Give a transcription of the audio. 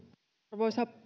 arvoisa